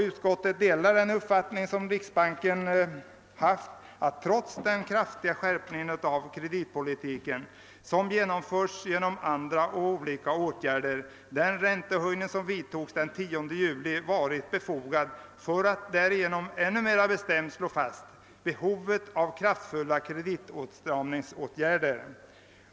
Utskottet delar riksbankens uppfattning, att trots den kraftiga skärpning av kreditpolitiken som genomförts genom olika andra åtgärder, så har den räntehöjning som vidtogs den 10 juli varit befogad för att ännu mer bestämt slå fast behovet av kraftfulla kreditåtstramningsåtgärder.